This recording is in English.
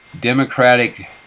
democratic